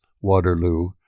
Waterloo